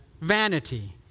vanity